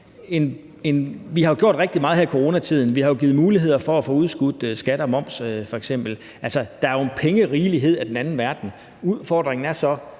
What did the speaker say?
vi har gjort rigtig meget her i coronatiden. Vi har givet muligheder for at få udskudt skat og moms f.eks. Altså, der er jo en pengerigelighed af den anden verden. Udfordringen er så,